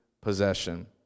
possession